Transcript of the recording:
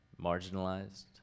marginalized